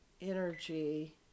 energy